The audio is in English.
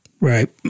right